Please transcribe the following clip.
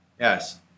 yes